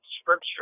Scripture